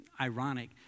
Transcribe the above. ironic